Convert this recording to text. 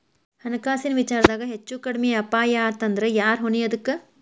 ಹಣ್ಕಾಸಿನ್ ವಿಚಾರ್ದಾಗ ಹೆಚ್ಚು ಕಡ್ಮಿ ಅಪಾಯಾತಂದ್ರ ಯಾರ್ ಹೊಣಿ ಅದಕ್ಕ?